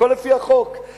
הכול לפי החוק,